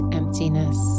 emptiness